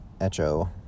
echo